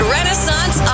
Renaissance